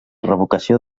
revocació